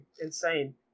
insane